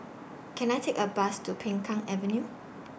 Can I Take A Bus to Peng Kang Avenue